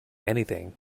anything